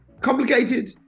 Complicated